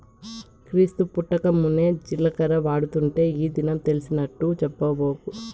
క్రీస్తు పుట్టకమున్నే జీలకర్ర వాడుతుంటే ఈ దినమే తెలిసినట్టు చెప్పబాకు